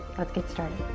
let's get started.